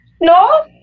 No